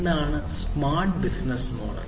എന്താണ് smart business model